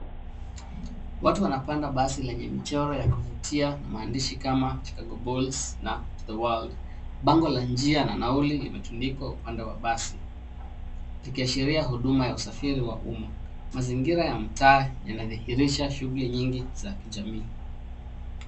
Watu wanapanda basi lenye michoro ya kuvutia na maandishi kama Chikago bulls na The Wales. Bango la njia na nauli limetundikwa upande wa basi ikiashiria huduma za usafiri wa umma. Mazingira ya mtaa yana dhihirisha shughuli nyingi za kijamii.